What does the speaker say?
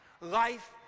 life